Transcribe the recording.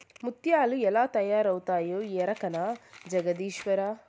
ముత్యాలు ఎలా తయారవుతాయో ఎరకనా జగదీశ్వరా